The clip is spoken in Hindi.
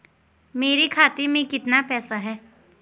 मेरे खाते में कितना पैसा है?